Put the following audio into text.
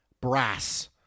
brass